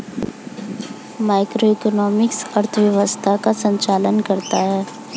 macroeconomics अर्थव्यवस्था का संचालन करता है